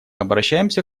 обращаемся